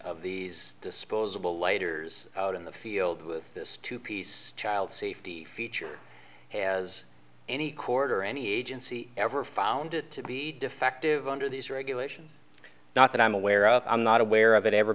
of these disposable lighters out in the field with this two piece child safety feature has any cord or any agency ever found it to be defective under these regulations not that i'm aware of i'm not aware of it ever